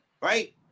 Right